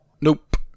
Nope